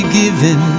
given